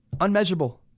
unmeasurable